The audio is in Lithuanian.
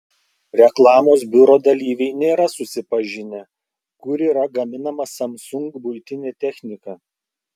reklamos biuro dalyviai nėra susipažinę kur yra gaminama samsung buitinė technika